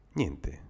niente